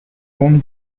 home